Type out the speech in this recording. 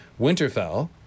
Winterfell